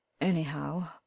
anyhow